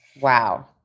Wow